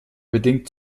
bedingt